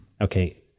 okay